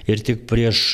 ir tik prieš